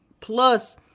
Plus